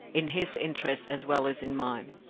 in his interests as well as in mine.